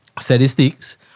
statistics